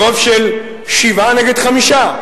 ברוב של שבעה נגד חמישה,